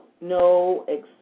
no